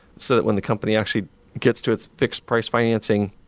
so that when the company actually gets to its fixed priced financing,